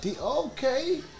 Okay